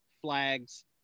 flags